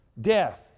Death